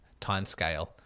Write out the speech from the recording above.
timescale